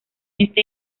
este